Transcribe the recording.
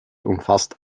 umfasst